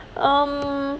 um